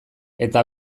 eta